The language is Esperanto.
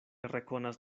rekonas